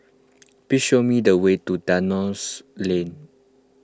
please show me the way to Dalhousie Lane